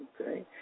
Okay